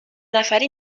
نفری